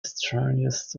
strangest